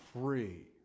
free